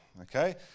Okay